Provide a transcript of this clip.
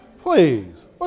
Please